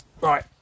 Right